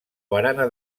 barana